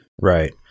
Right